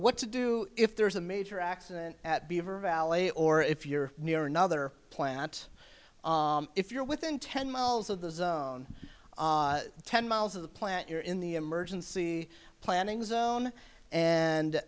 what to do if there's a major accident at beaver valley or if you're near another plant if you're within ten miles of the ten miles of the plant you're in the emergency planning zone and